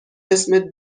اسمت